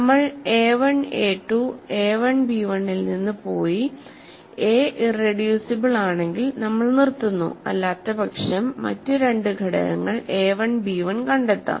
നമ്മൾ a1 a 2 a1 b1 ൽ നിന്ന് പോയി a ഇറെഡ്യൂസിബിൾ ആണെങ്കിൽ നമ്മൾ നിർത്തുന്നു അല്ലാത്തപക്ഷം മറ്റ് രണ്ട് ഘടകങ്ങൾ എ 1 b 1 കണ്ടെത്താം